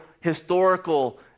historical